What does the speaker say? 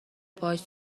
پاهاش